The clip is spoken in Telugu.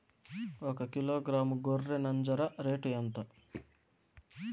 ఒకకిలో గ్రాము గొర్రె నంజర రేటు ఎంత?